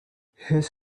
his